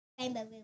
Rainbow